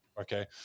Okay